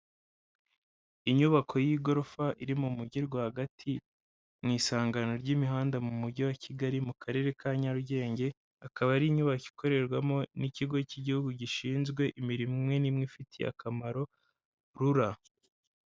Inyubako y'igorofa iri mu mujyi rwagati mu isangano ry'imihanda mu mujyi wa Kigali mu karere ka Nyarugenge, akaba ari inyubako ikorerwamo n'ikigo cy'igihugu gishinzwe imirimo imwe n' imwe ifitiye akamaro rura.